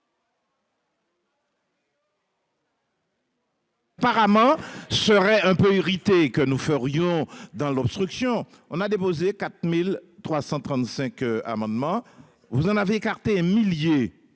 Apparemment, ce serait un peu irrité que nous ferions dans l'obstruction. On a déposé 4335 amendements. Vous en avez écarté milliers.